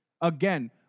Again